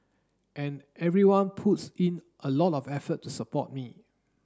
and everyone puts in a lot of effort to support me